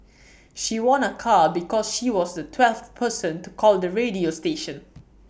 she won A car because she was the twelfth person to call the radio station